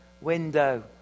window